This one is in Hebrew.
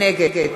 נגד